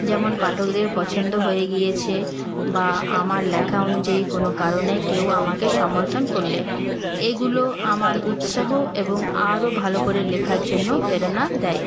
যেমন পাঠকদের পছন্দ হয়ে গিয়েছে বা আমার লেখা অনুযায়ী কোনও কারণে কেউ আমাকে সমর্থন করলে এগুলো আমার উৎসাহ এবং আরও ভালো করে লেখার জন্য প্রেরণা দেয়